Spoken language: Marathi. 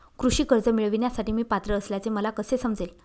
कृषी कर्ज मिळविण्यासाठी मी पात्र असल्याचे मला कसे समजेल?